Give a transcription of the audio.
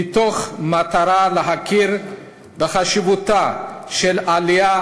מתוך מטרה להכיר בחשיבותה של העלייה